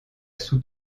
sous